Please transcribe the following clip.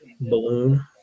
Balloon